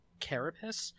carapace